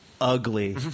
Ugly